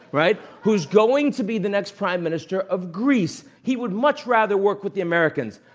right? who's going to be the next prime minister of greece. he would much rather work with the americans.